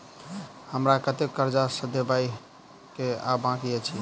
हमरा कतेक कर्जा सधाबई केँ आ बाकी अछि?